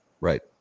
Right